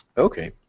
ok,